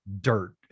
dirt